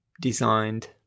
designed